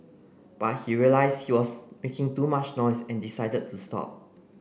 but he realised he was making too much noise and decided to stop